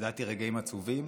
ידעתי רגעים עצובים,